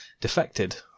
defected